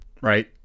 right